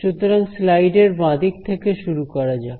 সুতরাং স্লাইডের বাঁদিক থেকে শুরু করা যাক